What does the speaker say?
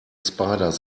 spiders